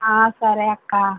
సరే అక్క